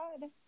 God